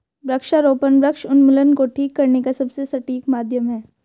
वृक्षारोपण वृक्ष उन्मूलन को ठीक करने का सबसे सटीक माध्यम है